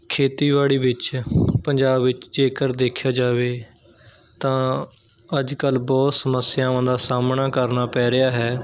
ਖੇਤੀਬਾੜੀ ਵਿੱਚ ਪੰਜਾਬ ਵਿੱਚ ਜੇਕਰ ਦੇਖਿਆ ਜਾਵੇ ਤਾਂ ਅੱਜ ਕੱਲ੍ਹ ਬਹੁਤ ਸਮੱਸਿਆਵਾਂ ਦਾ ਸਾਹਮਣਾ ਕਰਨਾ ਪੈ ਰਿਹਾ ਹੈ